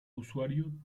usuario